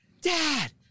dad